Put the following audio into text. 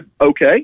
okay